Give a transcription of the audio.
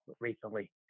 Recently